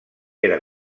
era